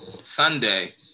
sunday